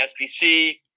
SPC